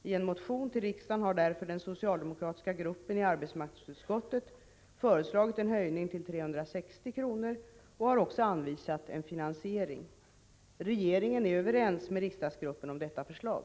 I en motion till riksdagen har därför den socialdemokratiska gruppen i arbetsmarknadsutskottet föreslagit en höjning till 360 kr. och också anvisat en finansiering. Regeringen är överens med riksdagsgruppen om detta förslag.